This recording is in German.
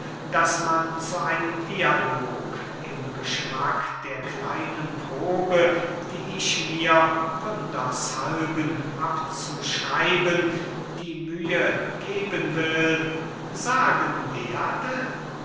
daß man zu einem dialog im geschmack der kleinen probe die ich mir wunders halben abzuschreiben die mühe geben will sagen werde